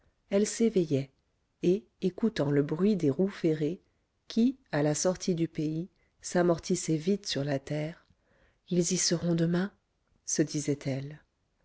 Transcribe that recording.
elle s'éveillait et écoutant le bruit des roues ferrées qui à la sortie du pays s'amortissait vite sur la terre ils y seront demain se disait-elle